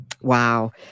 Wow